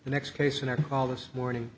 the next case in our call this morning